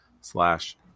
slash